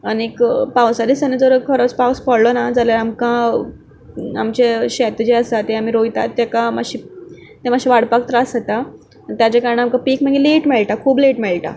आनीक पावसा दिसांनी जर खरोच पावस पडलो ना जाल्यार आमकां आमचें शेत जें आसा तें आमी रोयतात ताका मातशी तें मातशें वाडपाक त्रास जाता आनी ताजे कारणा आमकां पीक मागीर लेट मेळटा खूब लेट मेळटा